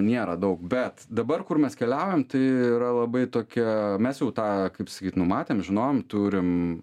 nėra daug bet dabar kur mes keliaujam tai yra labai tokia mes jau tą kaip sakyt numatėm žinojom turim